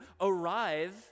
arrive